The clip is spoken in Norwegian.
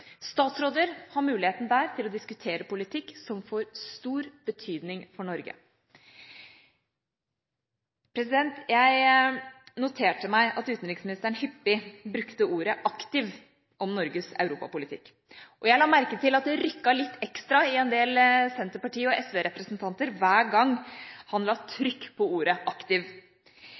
Statsråder har der muligheten til å diskutere politikk som får stor betydning for Norge. Jeg noterte meg at utenriksministeren hyppig brukte ordet aktiv om Norges europapolitikk, og jeg la merke til at det rykket litt ekstra i en del Senterparti- og SV-representanter hver gang han la trykk på ordet aktiv.